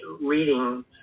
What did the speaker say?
reading